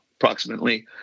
approximately